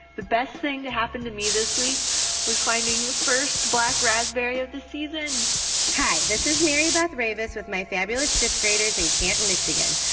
the best thing to happen to me this week was finding the first black raspberry of the season hi. this is mary beth revis with my fabulous fifth-graders in canton, mich.